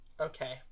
Okay